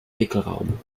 wickelraum